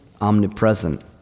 omnipresent